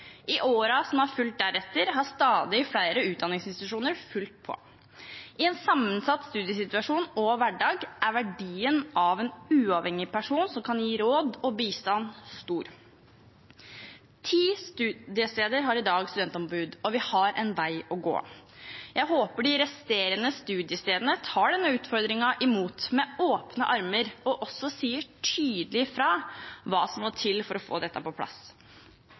I årene som har fulgt deretter, har stadig flere utdanningsinstitusjoner fulgt på. I en sammensatt studiesituasjon og -hverdag er verdien av en uavhengig person som kan gi råd og bistand, stor. Ti studiesteder har i dag studentombud, og vi har en vei å gå. Jeg håper de resterende studiestedene tar denne utfordringen imot med åpne armer og også sier tydelig fra om hva som må til for å få dette på plass.